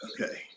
Okay